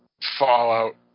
Fallout